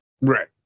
Right